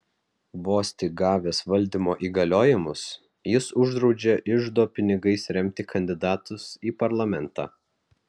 vos tik gavęs valdymo įgaliojimus jis uždraudžia iždo pinigais remti kandidatus į parlamentą